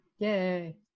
Yay